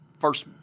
first